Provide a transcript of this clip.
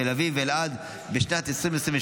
תל אביב ואלעד בשנת 2022,